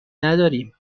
نداریم